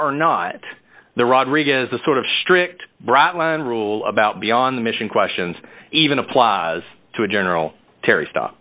or not the rodriguez the sort of strict bright line rule about beyond the mission questions even applies to a general terry stop